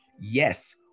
Yes